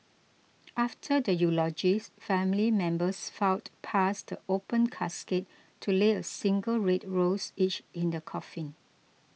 after the eulogies family members filed past the open casket to lay a single red rose each in the coffin